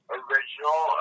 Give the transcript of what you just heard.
original